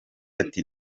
ati